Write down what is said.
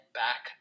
back